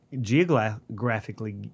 geographically